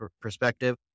perspective